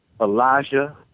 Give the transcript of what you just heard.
Elijah